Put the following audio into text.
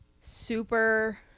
super